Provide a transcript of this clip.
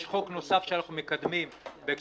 יש הצעת חוק נוספת שאנחנו מקדמים בהקשר